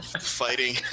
fighting